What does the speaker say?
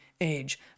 age